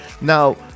Now